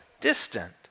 distant